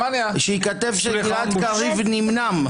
שייכתב שגלעד קריב נמנם.